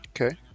okay